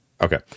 Okay